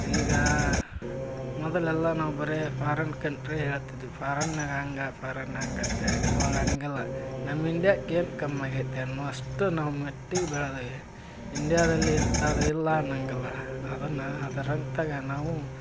ಈಗ ಮೊದಲೆಲ್ಲ ನಾವು ಬರೇ ಫಾರಿನ್ ಕಂಟ್ರಿ ಹೇಳ್ತಿದ್ದಿವಿ ಫಾರಿನ್ನಾಗ ಹಂಗೆ ಫಾರಿನ್ ಹಾಗಂತೇಳಿ ಇವಾಗ ಹಂಗಿಲ್ಲ ನಮ್ಮ ಇಂಡ್ಯಾಗ ಏನು ಕಮ್ಮಿ ಆಗೈತಿ ಅನ್ನುವಷ್ಟು ನಾವು ಮೆಟ್ಟಿ ಬೆಳೆದೀವಿ ಇಂಡ್ಯಾದಲ್ಲಿ ಇಂಥದ್ದು ಇಲ್ಲ ಅನ್ನಂಗಿಲ್ಲ ಅದನ್ನು ಅದ್ರಂತಾಗ ನಾವು